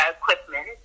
Equipment